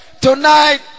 tonight